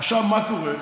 עכשיו, מה קורה?